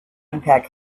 impact